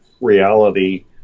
reality